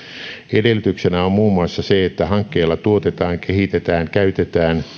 edellytyksenä on muun muassa se että hankkeella tuotetaan kehitetään käytetään